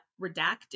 redacted